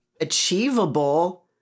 achievable